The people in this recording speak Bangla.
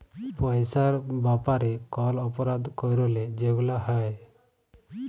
পইসার ব্যাপারে কল অপরাধ ক্যইরলে যেগুলা হ্যয়